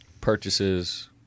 purchases